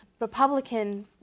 Republican